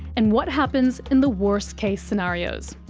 and what happens in the worst-cases scenarios.